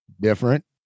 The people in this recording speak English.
different